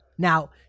Now